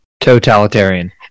Totalitarian